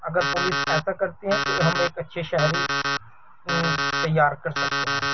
اگر پولس ایسا کرتی ہے تو ہم ایک اچھے شہری تیار کر سکتے ہیں